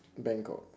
bangkok